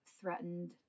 threatened